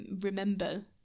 remember